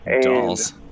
Dolls